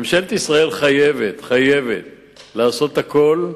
ממשלת ישראל חייבת, חייבת לעשות הכול,